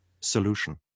solution